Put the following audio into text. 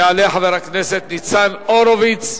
יעלה חבר הכנסת ניצן הורוביץ,